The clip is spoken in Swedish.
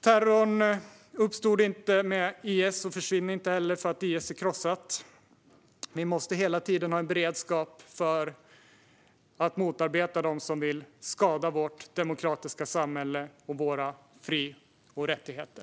Terrorn uppstod inte i och med IS och försvinner heller inte för att IS är krossat. Vi måste hela tiden ha en beredskap för att motarbeta dem som vill skada vårt demokratiska samhälle och våra fri och rättigheter.